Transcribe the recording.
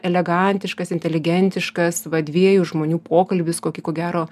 elegantiškas inteligentiškas va dviejų žmonių pokalbis kokį ko gero